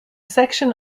section